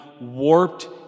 warped